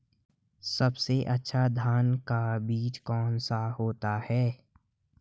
सबसे अच्छा धान का बीज कौन सा होता है?